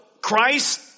Christ